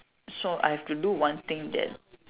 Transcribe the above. so I have to do one thing that